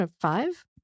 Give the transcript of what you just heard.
Five